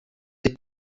die